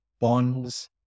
bonds